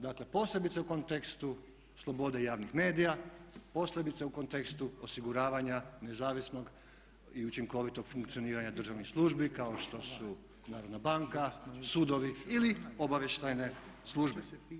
Dakle, posebice u kontekstu slobode javnih medija, posebice u kontekstu osiguravanja nezavisnog i učinkovitog funkcioniranja državnih službi kao što su Narodna banka, sudovi ili obavještajne službe.